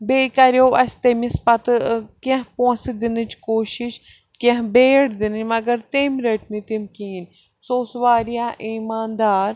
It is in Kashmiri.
بیٚیہِ کریو اَسہِ تٔمِس پتہٕ کیٚنٛہہ پونٛسہٕ دِنٕچ کوٗشش کیٚنٛہہ بیٚیہِ أڈ دِنٕچ مگر تٔمۍ رٔٹۍ نہٕ تِم کِہیٖنۍ سُہ اوس وارِیاہ اِیماندار